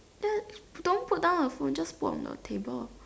just don't put down the phone just put on the table